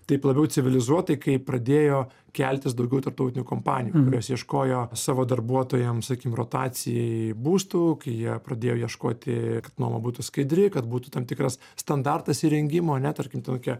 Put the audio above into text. taip labiau civilizuotai kai pradėjo keltis daugiau tarptautinių kompanijų kurios ieškojo savo darbuotojam sakykim rotacijai būstų kai jie pradėjo ieškoti kad nuoma būtų skaidri kad būtų tam tikras standartas įrengimo ane tarkim tokia